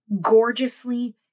gorgeously